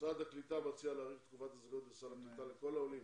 משרד הקליטה מציע להאריך את תקופת הזכאות לסל הקליטה לכל העולים